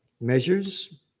measures